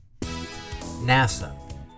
NASA